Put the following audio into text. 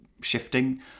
shifting